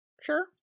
sure